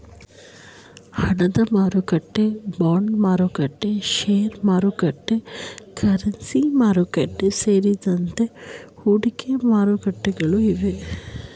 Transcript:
ಹಣದಮಾರುಕಟ್ಟೆ, ಬಾಂಡ್ಮಾರುಕಟ್ಟೆ, ಶೇರುಮಾರುಕಟ್ಟೆ, ಕರೆನ್ಸಿ ಮಾರುಕಟ್ಟೆ, ಸೇರಿದಂತೆ ಹೂಡಿಕೆ ಮಾರುಕಟ್ಟೆಗಳು ಇವೆ